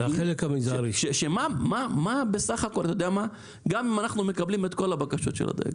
גם אם אנחנו מקבלים את כל הבקשות של הדייגים,